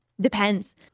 Depends